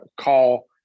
call